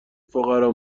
فقرا